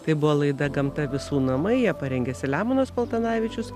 tai buvo laida gamta visų namai ją parengė selemonas paltanavičius